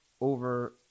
over –